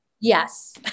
Yes